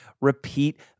repeat